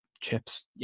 chips